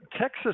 Texas